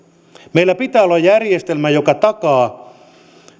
meillä pitää olla järjestelmä joka takaa